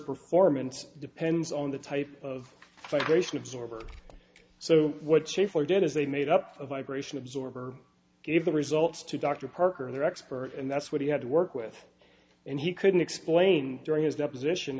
performance depends on the type of by grace woods over so what shaffer did is they made up the vibration absorber gave the results to dr parker their expert and that's what he had to work with and he couldn't explain during his deposition